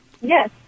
yes